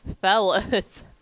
fellas